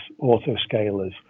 autoscalers